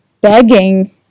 begging